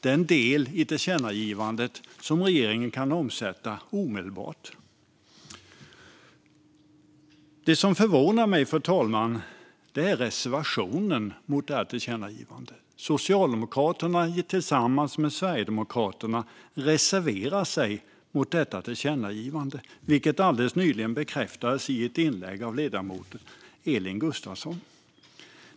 Denna del av tillkännagivandet kan regeringen alltså omsätta omedelbart. Fru talman! Socialdemokraternas och Sverigedemokraternas reservation mot detta tillkännagivande förvånar mig. Reservationen bekräftades också i ett inlägg av ledamoten Elin Gustafsson.